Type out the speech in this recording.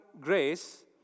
grace